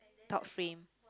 top frame